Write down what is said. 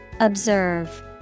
Observe